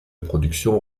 production